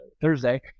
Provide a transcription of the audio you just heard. Thursday